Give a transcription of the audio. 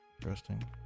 Interesting